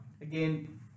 again